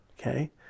okay